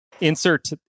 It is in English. insert